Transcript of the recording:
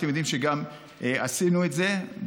אתם יודעים שגם עשינו את זה.